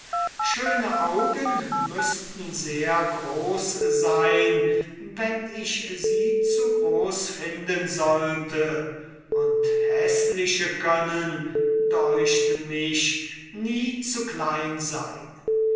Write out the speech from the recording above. schöne augen müßten sehr groß sein wenn ich sie zu groß finden sollte und häßliche können deucht mich nie zu klein sein